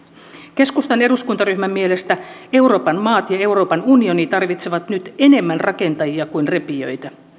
keskustan eduskuntaryhmän mielestä euroopan maat ja euroopan unioni tarvitsevat nyt enemmän rakentajia kuin repijöitä